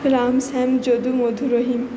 Ram Shyam Jadu Madhu Rahim